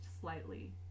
slightly